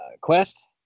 Quest